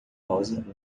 rosa